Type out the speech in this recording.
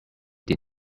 did